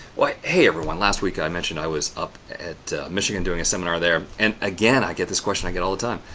hey, everyone. last week, i mentioned i was up at michigan doing a seminar there and again, i get this question i get all the time.